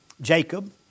Jacob